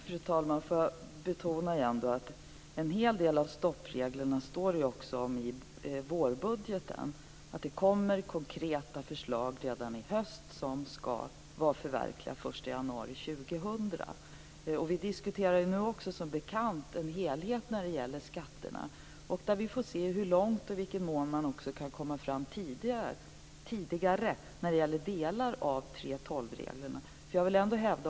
Fru talman! Låt mig betona igen att det också står en hel del om stoppreglerna i vårbudgeten - det kommer konkreta förslag redan i höst som skall vara förverkligade den 1 januari 2000. Som bekant diskuterar vi nu också en helhet när det gäller skatterna. Vi får se hur långt man kan komma fram där och i vilken mån man också kan komma fram tidigare när det gäller delar av 3:12-reglerna.